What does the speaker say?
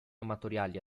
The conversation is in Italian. amatoriali